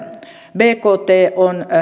bkt on